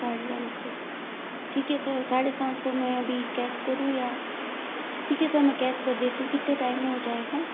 साढ़े सात सौ ठीक है सर साढ़े सात सौ मैं अभी केस करूँ या ठीक है सर मैं केस कर देती हूँ कितने टाइम मैं हो जाएगा